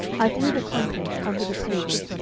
i threw the contents under the table,